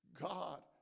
God